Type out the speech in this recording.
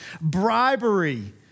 Bribery